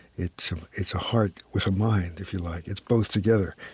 it's it's a heart with a mind, if you like. it's both together.